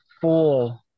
full –